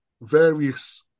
various